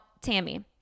tammy